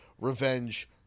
revenge